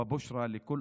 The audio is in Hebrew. והוא בשורה לכל